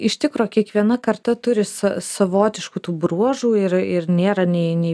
iš tikro kiekviena karta turi sa savotiškų tų bruožų ir ir nėra nei nei